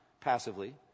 passively